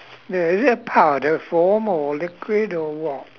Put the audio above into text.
ya is it a powder form or liquid or what